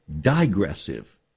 digressive